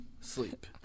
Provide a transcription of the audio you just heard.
sleep